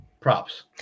props